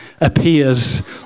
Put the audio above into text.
appears